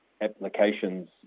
applications